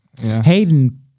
Hayden